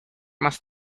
más